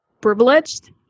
privileged